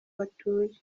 batuye